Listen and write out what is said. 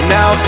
Now